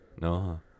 No